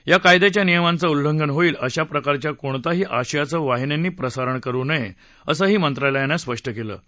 या कायद्याच्या नियमांचं उल्लंघन होईल अशा प्रकारच्या कोणताही आशयाचं वाहिन्यांनी प्रसारण करू नये असंही मंत्रालयानं म्हटलं आहे